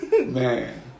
Man